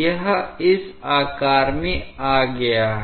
यह इस आकार में आ गया है